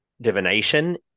divination